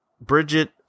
Bridget